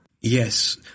Yes